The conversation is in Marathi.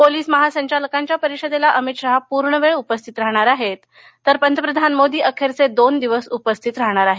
पोलीस महासंचालकांच्या परिषदेला अमित शहा पूर्णवेळ उपस्थित राहणार आहेत तर मोदी अखेरचे दोन दिवस उपस्थित राहणार आहेत